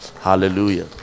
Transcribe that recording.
hallelujah